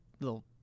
little